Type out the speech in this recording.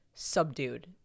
subdued